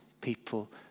people